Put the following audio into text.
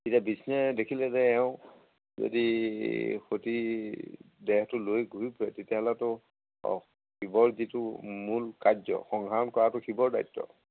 তেতিয়া বিষ্ণুৱে দেখিলে যে এওঁ যদি সতীৰ দেহটো লৈ ঘূৰি ফুৰে তেতিয়াহ'লেতো শিৱৰ যিটো মূল কাৰ্য কৰাতো শিৱৰ দায়িত্ব